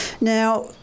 Now